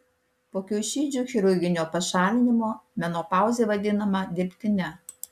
po kiaušidžių chirurginio pašalinimo menopauzė vadinama dirbtine